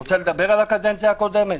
רוצה לדבר על הקדנציה הקודמת?